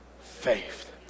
faith